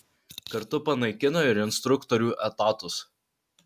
kartu panaikino ir instruktorių etatus